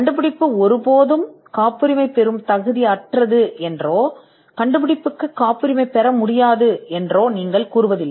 கண்டுபிடிப்பு ஒருபோதும் காப்புரிமை பெறவில்லை என்று நீங்கள் கூறவில்லை அல்லது கண்டுபிடிப்புக்கு காப்புரிமை பெற முடியாது என்று நீங்கள் கூறவில்லை